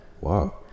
wow